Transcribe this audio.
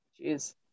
Jeez